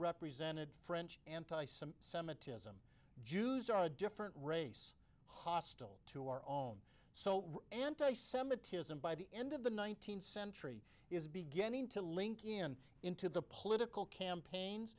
represented french anti some semitism jews are a different race hostile to our own so anti semitism by the end of the nineteenth century is beginning to link in into the political campaigns